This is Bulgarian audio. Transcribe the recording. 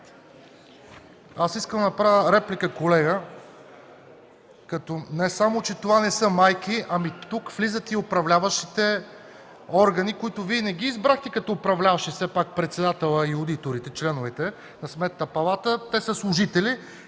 Искам да направя реплика, колега. Не само, че това не са майки, но тук влизат и управляващите органи, които Вие не ги избрахте като управляващи все пак – председателя и одиторите, членовете на Сметната палата, те са служители.